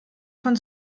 von